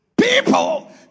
people